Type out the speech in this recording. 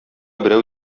берәү